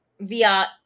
via